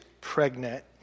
pregnant